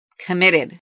Committed